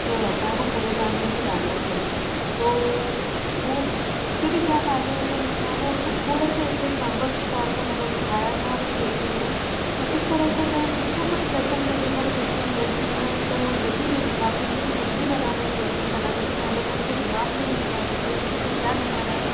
जो रहता है वो कूड़ेदान में ही डालना चाहिए तो वो उसके भी क्या फायदे और क्या नुकसान हैं उसको थोड़े से एक दो एग्जांपल्स के तौर पर मैंने दिखाया था अपनी पेंटिंग में तो इस तरह से मैं कुछ न कुछ लैसन मेरी हर पेंटिंग बोलती है तो यही मैं दिखाती हूँ कुछ भी बनाने पेंटिंग बनाने के पहले मैं अपने दिमाग में ये बिठा लेती हूँ कि मुझे क्या दिखाना है